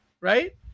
Right